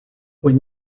when